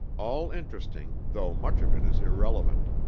all interesting though much of it is irrelevant.